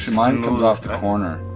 mine comes off the corner.